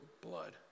blood